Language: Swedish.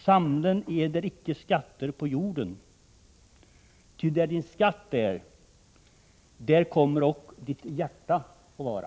”Samlen eder icke skatter på jorden ———. Ty där din skatt är, där kommer ock ditt hjärta att vara.”